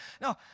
No